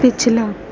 پچھلا